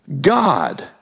God